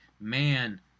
man